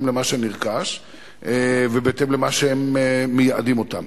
למה שנרכש ובהתאם למה שמייעדים אותם.